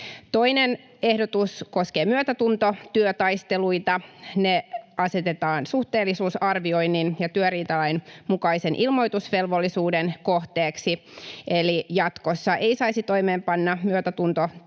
Toinen ehdotus koskee myötätuntotyötaisteluita. Ne asetetaan suhteellisuusarvioinnin ja työriitalain mukaisen ilmoitusvelvollisuuden kohteeksi. Eli jatkossa ei saisi toimeenpanna myötätuntotyötaisteluita